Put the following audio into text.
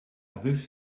wish